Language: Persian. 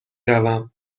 روم